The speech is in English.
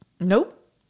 Nope